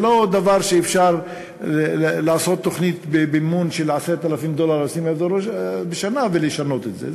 זה לא דבר שאפשר לעשות תוכנית במימון של 10,000 דולר בשנה ולשנות את זה.